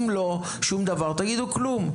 אם אתם לא עושים שום דבר תגידו: "כלום".